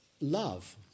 love